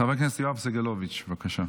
חבר הכנסת יואב סגלוביץ', בבקשה,